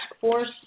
force